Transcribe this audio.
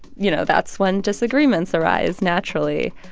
you know, that's when disagreements arise naturally.